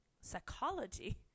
Psychology